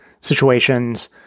situations